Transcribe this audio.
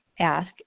Ask